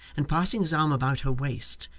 and passing his arm about her waist,